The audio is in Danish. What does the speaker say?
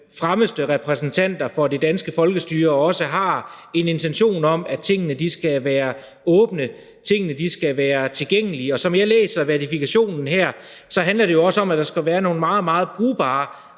fremmeste repræsentanter for det danske folkestyre, og at de også har en intention om, at tingene skal være åbne, at tingene skal være tilgængelige. Som jeg læser verifikationen her, handler det også om, at der skal være nogle meget, meget brugbare